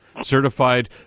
Certified